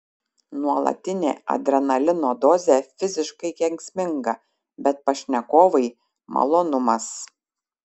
nuolatinė adrenalino dozė fiziškai kenksminga bet pašnekovai malonumas